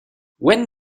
when